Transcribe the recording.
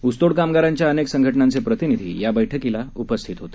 ऊसतोड कामगारांच्या अनेक संघटनांचे प्रतिनिधी या बैठकीला उपस्थित होते